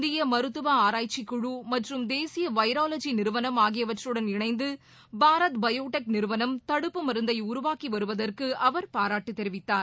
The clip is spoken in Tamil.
இந்திய மருத்துவ ஆராய்ச்சிக்குழு மற்றும் தேசிய வைரவாஜி நிறுவனம் ஆகியவற்றுடன் இணைந்து பாரத் பயோடெக் நிறுவனம் தடுப்பு மருந்தை உருவாக்கி வருவதற்கு அவர் பாராட்டு தெரிவித்தார்